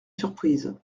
surprise